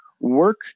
work